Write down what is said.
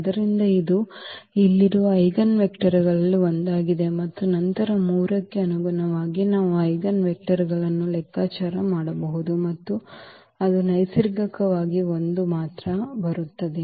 ಆದ್ದರಿಂದ ಇದು ಇಲ್ಲಿರುವ ಐಜೆನ್ವೆಕ್ಟರ್ಗಳಲ್ಲಿ ಒಂದಾಗಿದೆ ಮತ್ತು ನಂತರ 3 ಕ್ಕೆ ಅನುಗುಣವಾಗಿ ನಾವು ಐಜೆನ್ವೆಕ್ಟರ್ ಅನ್ನು ಲೆಕ್ಕಾಚಾರ ಮಾಡಬಹುದು ಮತ್ತು ಅದು ನೈಸರ್ಗಿಕವಾಗಿ 1 ಮಾತ್ರ ಬರುತ್ತದೆ